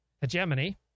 hegemony